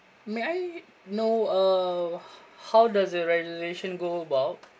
may I know uh how does a reservation go about